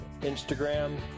Instagram